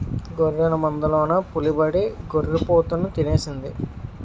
గొర్రెల మందలోన పులిబడి గొర్రి పోతుని తినేసింది